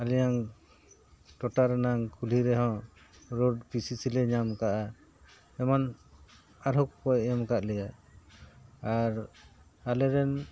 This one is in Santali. ᱟᱞᱮᱭᱟᱝ ᱴᱚᱴᱷᱟ ᱨᱮᱱᱟᱝ ᱠᱩᱞᱦᱤ ᱨᱮᱦᱚᱸ ᱨᱳᱰ ᱯᱤᱥᱤ ᱥᱤᱞᱮ ᱧᱟᱢ ᱠᱟᱜᱼᱟ ᱮᱢᱟᱱ ᱟᱨᱦᱚᱸ ᱠᱚ ᱮᱢ ᱟᱠᱟᱫ ᱞᱮᱭᱟ ᱟᱨ ᱟᱞᱮ ᱨᱮᱱ